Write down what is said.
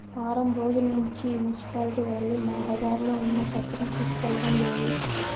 వారం రోజుల్నుంచి మున్సిపాలిటీ వాళ్ళు మా బజార్లో ఉన్న చెత్తని తీసుకెళ్లడం లేదు